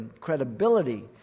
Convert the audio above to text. credibility